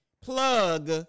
plug